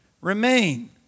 remain